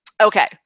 Okay